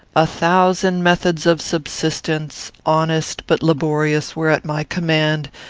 a thousand methods of subsistence, honest but laborious, were at my command,